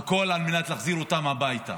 הכול על מנת להחזיר אותם הביתה.